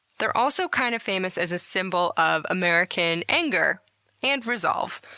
they're also kind of famous as a symbol of american anger and resolve.